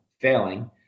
failing